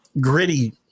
gritty